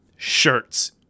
shirts